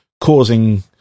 causing